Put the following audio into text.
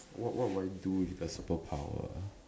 what what would I do with the superpower